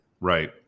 Right